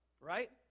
right